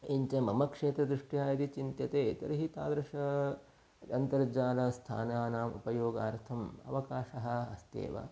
इदञ्च मम क्षेत्रदृष्ट्या यदि चिन्त्यते तर्हि तादृशानां अन्तर्जालस्थानानाम् उपयोगार्थम् अवकाशः अस्त्येव